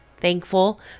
thankful